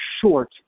short